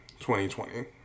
2020